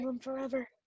forever